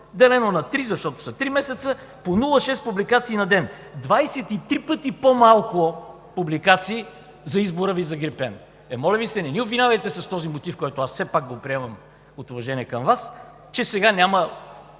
делено на три, защото са три месеца – по 0,6 публикации на ден. Двадесет и три пъти по-малко публикации за избора Ви за „Грипен“. Е, моля Ви се, не ни обвинявайте с този мотив, който аз все пак приемам от уважение към Вас, че сега няма